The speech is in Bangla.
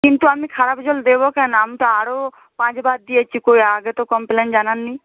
কিন্তু আমি খারাপ জল দেব কেন আমি তো আরও পাঁচ বার দিয়েছি কোই আগে তো কমপ্লেন জানাননি